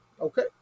Okay